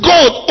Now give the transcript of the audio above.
God